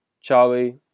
Charlie